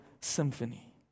symphony